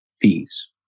fees